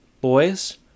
boys